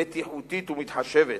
בטיחותית ומתחשבת.